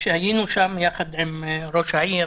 שהיינו שם יחד עם ראש העיר,